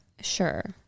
Sure